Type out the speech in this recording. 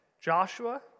Joshua